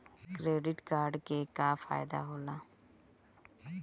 Credit card के का फायदा होला?